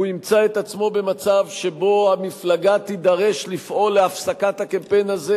הוא ימצא את עצמו במצב שבו המפלגה תידרש לפעול להפסקת הקמפיין הזה,